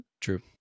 true